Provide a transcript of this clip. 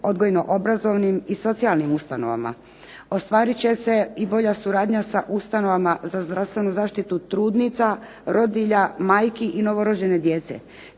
odgojno-obrazovnim i socijalnim ustanovama. Ostvarit će se i bolja suradnja sa ustanovama za zdravstvenu zaštitu trudnica, rodilja, majki i novorođene djece.